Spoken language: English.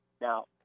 Now